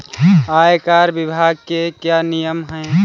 आयकर विभाग के क्या नियम हैं?